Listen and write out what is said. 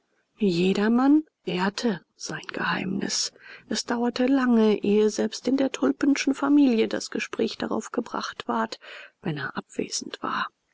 jedermann ehrte sein geheimnis es dauerte lange ehe selbst in der tulpenschen familie das gespräch darauf gebracht ward wenn er abwesend war